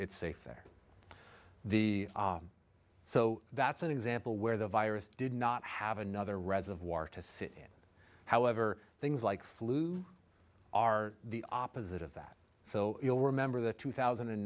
it's safe there the so that's an example where the virus did not have another reservoir to sit in however things like flu are the opposite of that so you'll remember the two thousand and